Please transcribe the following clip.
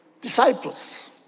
disciples